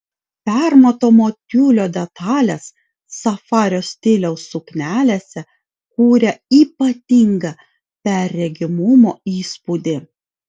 permatomo tiulio detalės safario stiliaus suknelėse kuria ypatingą perregimumo įspūdį